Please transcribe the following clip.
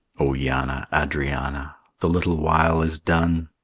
o yanna, adrianna, the little while is done.